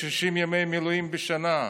60 ימי מילואים בשנה.